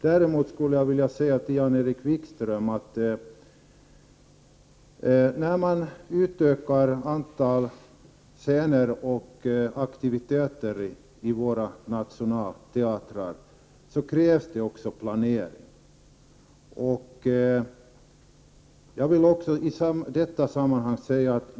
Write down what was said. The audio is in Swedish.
Däremot skulle jag vilja säga till Jan-Erik Wikström att det också krävs planering när antalet scener och aktiviteter vid våra nationalteatrar utökas.